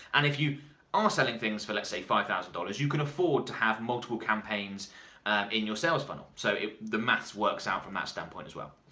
and if you are selling things for, let's say five thousand dollars, you can afford to have multiple campaigns in your sales funnel. so if the maths works out from that standpoint as well.